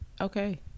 Okay